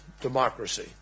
democracy